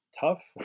tough